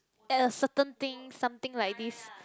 at a certain thing something like this